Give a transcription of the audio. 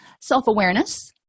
self-awareness